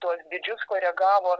tuos dydžius koregavo